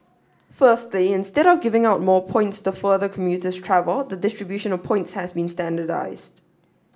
firstly instead of giving out more points the further commuters travel the distribution of points has been standardised